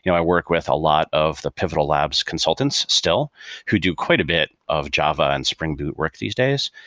you know i work with a lot of the pivotal labs' consultants still who do quite a bit of java and spring boot work these days.